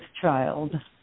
child